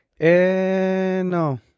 no